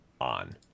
on